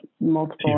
multiple